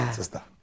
sister